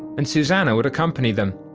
and susannah would accompany them.